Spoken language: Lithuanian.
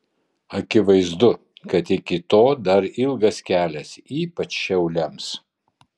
akivaizdu kad iki to dar ilgas kelias ypač šiauliams